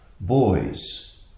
boys